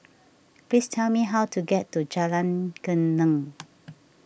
please tell me how to get to Jalan Geneng